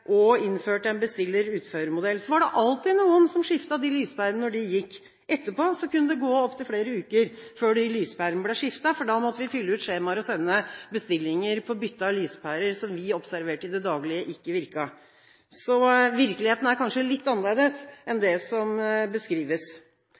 og innførte en bestiller–utfører-modell, var det alltid noen som skiftet de lyspærene når de gikk. Etterpå kunne det gå opp til flere uker før lyspærene ble skiftet, for da måtte vi fylle ut skjemaer og sende bestillinger på bytte av lyspærer som vi observerte i det daglige ikke virket. Så virkeligheten er kanskje litt annerledes enn